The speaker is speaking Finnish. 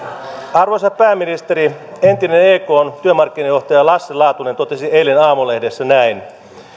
arvoisa pääministeri entinen ekn työmarkkinajohtaja lasse laatunen totesi eilen aamulehdessä näin